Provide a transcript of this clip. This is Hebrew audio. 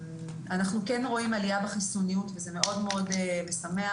כן רואים עלייה בחיסוניות, וזה מאוד-מאוד משמח.